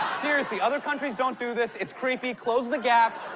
seriously. other countries don't do this. it's creepy. close the gap,